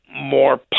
more